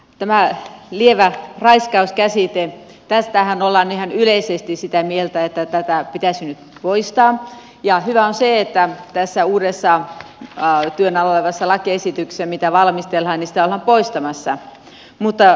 tästä lievä raiskaus käsitteestähän ollaan ihan yleisesti sitä mieltä että tämä pitäisi nyt poistaa ja hyvä on se että tässä uudessa työn alla olevassa lakiesityksessä mitä valmistellaan sitä ollaan poistamassa